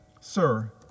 Sir